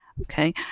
Okay